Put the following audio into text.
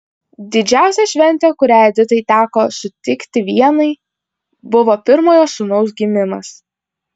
didžiausia šventė kurią editai teko sutikti vienai buvo pirmojo sūnaus gimimas